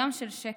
// ים של שקט,